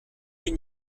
les